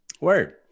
Word